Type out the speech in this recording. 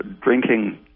drinking